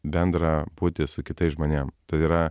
bendrą buitį su kitais žmonėm tai yra